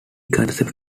concepts